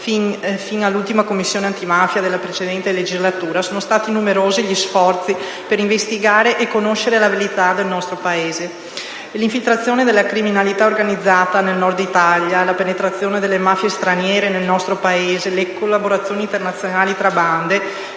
fino all'ultima Commissione antimafia della precedente legislatura, sono stati numerosi gli sforzi per investigare e conoscere la malavita nel nostro Paese. L'infiltrazione della criminalità organizzata nel Nord Italia, la penetrazione delle mafie straniere nel nostro Paese, le collaborazioni internazionali tra bande